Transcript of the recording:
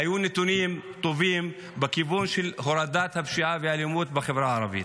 היו נתונים טובים בכיוון של הורדת הפשיעה והאלימות בחברה הערבית.